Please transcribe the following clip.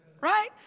right